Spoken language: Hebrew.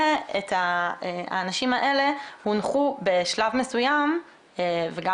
האנשים האלה הונחו בשלב מסוים וגם